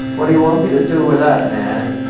what do you want me to do with that, man?